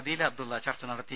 അദീല അബ്ദുള്ള ചർച്ച നടത്തി